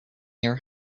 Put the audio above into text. your